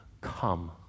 Come